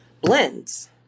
blends